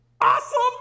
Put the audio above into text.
Awesome